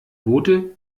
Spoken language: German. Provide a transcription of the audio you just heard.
boote